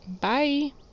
Bye